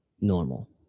normal